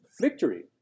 Victory